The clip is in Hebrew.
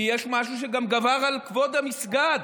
כי יש משהו שגבר גם על כבוד המסגד,